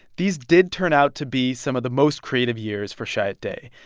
these did turn out to be some of the most creative years for chiat day.